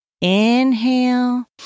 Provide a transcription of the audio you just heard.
Inhale